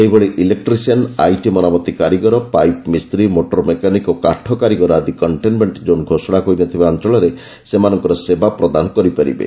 ସେହିଭଳି electrician IT ମରାମତି କାରିଗର ପାଇପ୍ ମିସ୍ତ୍ରି ମୋଟର ମେକାନିକ୍ ଓ କାଠ କାରିଗର ଆଦି କଣ୍ଟେନ୍ମେଣ୍ଟ ଜୋନ୍ ଘୋଷଣା ହୋଇ ନ ଥିବା ଅଞ୍ଚଳରେ ସେମାନଙ୍କର ସେବା ପ୍ରଦାନ କରିପାରିବେ